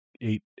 eight